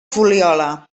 fuliola